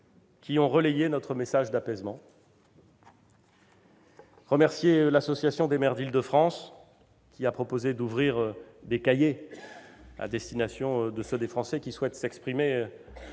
qui ont relayé notre message d'apaisement, pour remercier l'Association des maires d'Île-de-France, qui a proposé d'ouvrir des cahiers à destination de ceux des Français qui souhaitent s'exprimer